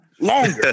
longer